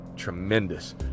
Tremendous